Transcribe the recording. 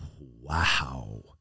wow